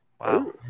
Wow